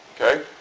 okay